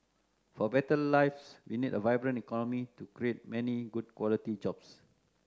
for better lives we need a vibrant economy to create many good quality jobs